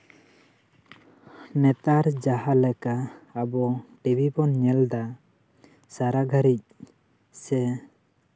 ᱱᱮᱛᱟᱨ ᱡᱟᱦᱟᱸ ᱞᱮᱠᱟ ᱟᱵᱚ ᱴᱤᱵᱷᱤ ᱵᱚᱱ ᱧᱮᱞᱫᱟ ᱥᱟᱨᱟ ᱜᱷᱟ ᱲᱤᱡ ᱥᱮ